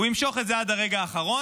הוא ימשוך את זה עד הרגע האחרון,